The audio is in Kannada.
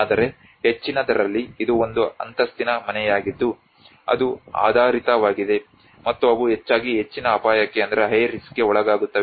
ಆದರೆ ಹೆಚ್ಚಿನದರಲ್ಲಿ ಇದು ಒಂದು ಅಂತಸ್ತಿನ ಮನೆಯಾಗಿದ್ದು ಅದು ಆಧಾರಿತವಾಗಿದೆ ಮತ್ತು ಅವು ಹೆಚ್ಚಾಗಿ ಹೆಚ್ಚಿನ ಅಪಾಯಕ್ಕೆ ಒಳಗಾಗುತ್ತವೆ